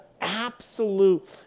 absolute